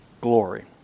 glory